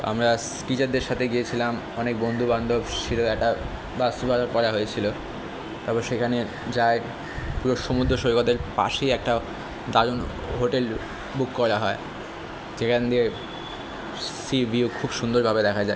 আমরা টিচারদের সাথে গিয়েছিলাম অনেক বন্ধু বান্ধব ছিলো একটা বাস ভাড়া করা হয়েছিলো তারপর সেখানে যাই পুরো সমুদ্র সৈকতের পাশেই একটা দারুণ হোটেল বুক করা হয় সেখান দিয়ে সি ভিউও খুব সুন্দরভাবে দেখা যায়